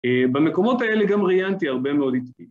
במקומות האלה גם ראיינתי הרבה מאוד